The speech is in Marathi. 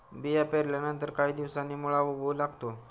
बिया पेरल्यानंतर काही दिवसांनी मुळा उगवू लागतो